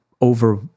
over